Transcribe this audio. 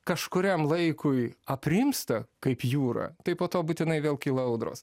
kažkuriam laikui aprimsta kaip jūra tai po to būtinai vėl kyla audros